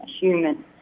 human